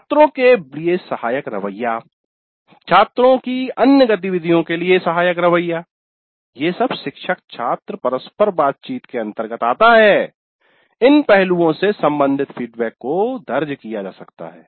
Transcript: छात्रों के लिए सहायक रवैया छात्रों की अन्य गतिविधियों के लिए सहायक रवैया ये सब शिक्षक छात्र परस्पर बातचीत के अंतर्गत आता है इन पहलुओं से संबंधित फीडबैक को दर्ज किया जा सकता है